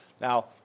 Now